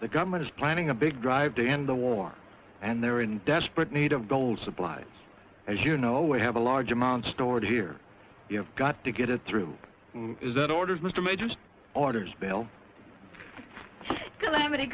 the government is planning a big drive to end the war and they're in desperate need of gold supply as you know we have a large amount stored here you have got to get it through is that orders mr may just orders bail and